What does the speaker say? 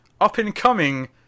up-and-coming